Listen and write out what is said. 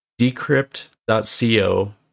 Decrypt.co